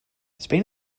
spain